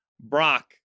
Brock